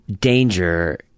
danger